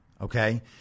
Okay